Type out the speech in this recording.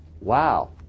Wow